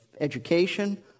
education